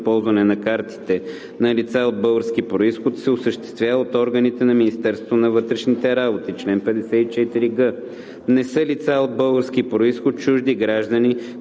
ползване на картите на лица от български произход се осъществява от органите на Министерството на вътрешните работи. Чл. 54г. Не са лица от български произход чужди граждани,